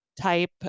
type